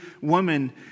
woman